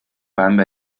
版本